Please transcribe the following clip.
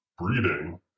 breeding